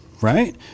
right